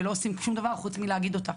ולא עושים שום דבר חוץ מלהגיד אותה.